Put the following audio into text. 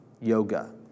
Yoga